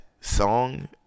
song